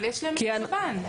אבל יש להם את השב"ן.